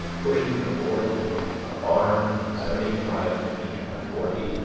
pushing before it a barn seventy-five feet by forty,